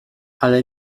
ale